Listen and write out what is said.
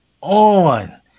on